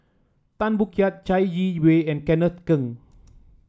Tan Boo Liat Chai Yee Wei and Kenneth Keng